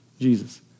Jesus